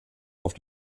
auf